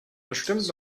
bestimmt